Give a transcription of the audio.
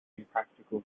impractical